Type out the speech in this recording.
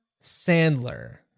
Sandler